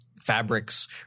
fabrics